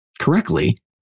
correctly